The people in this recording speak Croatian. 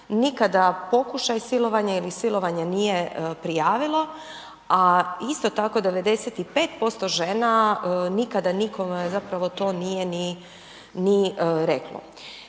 nikada pokušaj silovanja ili silovanje nije prijavilo, a isto tako 95% nikada nikome zapravo to nije ni, ni reklo.